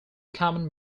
common